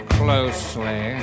closely